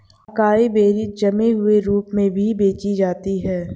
acai berries जमे हुए रूप में भी बेची जाती हैं